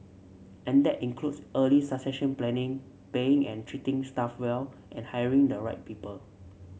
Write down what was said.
and that includes early succession planning paying and treating staff well and hiring the right people